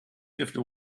fifty